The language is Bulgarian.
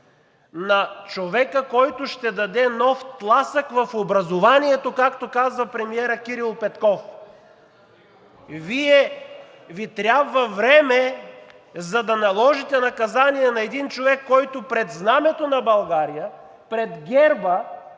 на човека, който „ще даде нов тласък в образованието“, както каза премиерът Кирил Петков, на Вас Ви трябва време, за да наложите наказание на един човек, който пред знамето на България, пред герба,